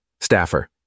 Staffer